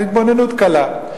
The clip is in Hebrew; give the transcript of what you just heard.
זאת התבוננות קלה.